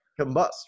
combust